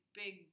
big